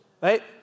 Right